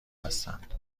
هستند